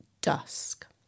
dusk